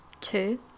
Two